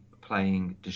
playing